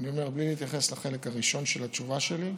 אני אומר, בלי להתייחס לחלק הראשון של התשובה שלי.